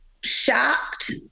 shocked